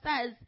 says